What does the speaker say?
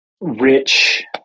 rich